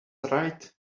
right